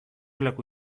leku